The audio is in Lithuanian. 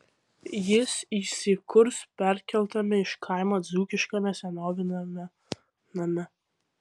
jis įsikurs perkeltame iš kaimo dzūkiškame senoviniame name